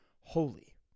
holy